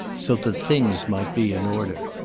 so that things might be in order.